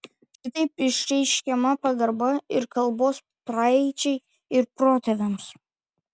šitaip išreiškiama pagarba ir kalbos praeičiai ir protėviams